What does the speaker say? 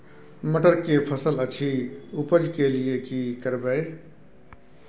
मटर के फसल अछि उपज के लिये की करबै?